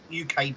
UK